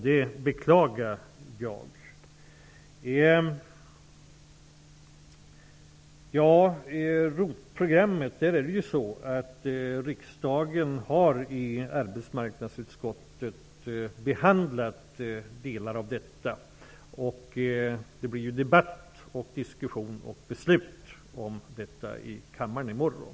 Det beklagar jag. Riksdagen har i arbetsmarknadsutskottet behandlat delar av ROT-programmet. Det blir debatt och beslut om detta i kammaren på onsdag.